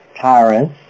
tyrants